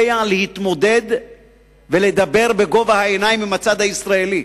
להתמודד ולדבר בגובה העיניים עם הצד הישראלי.